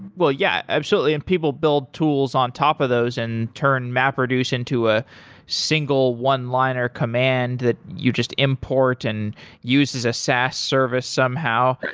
yeah, absolutely, and people build tools on top of those and turn map produce into a single one-liner command that you just import and use as saas service somehow,